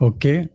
Okay